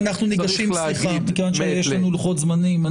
מכובדיי, סליחה, כיוון שיש לנו לוחות זמנים.